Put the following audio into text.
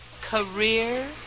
Career